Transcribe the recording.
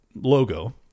Logo